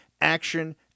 Action